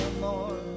more